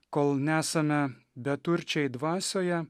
kol nesame beturčiai dvasioje